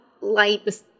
light